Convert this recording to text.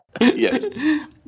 Yes